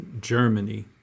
germany